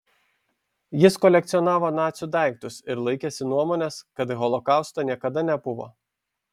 jis kolekcionavo nacių daiktus ir laikėsi nuomonės kad holokausto niekada nebuvo